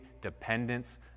dependence